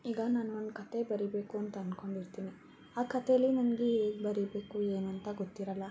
ಈಗ ನಾನು ಒಂದು ಕತೆ ಬರಿಬೇಕು ಅಂತ ಅಂದ್ಕೊಂಡಿರ್ತೀನಿ ಆ ಕತೆಯಲ್ಲಿ ನನಗೆ ಏನು ಬರಿಬೇಕು ಏನು ಅಂತ ಗೊತ್ತಿರಲ್ಲ